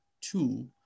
two